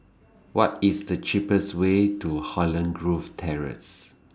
What IS The cheapest Way to Holland Grove Terrace